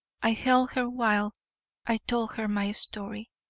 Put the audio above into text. i held her while i told her my story.